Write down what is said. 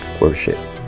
worship